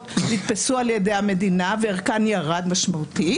נתפסו על ידי המדינה וערכן ירד משמעותית.